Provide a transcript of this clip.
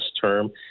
term